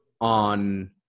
on